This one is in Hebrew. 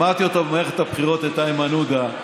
שמעתי אותו במערכת הבחירות, את איימן עודה,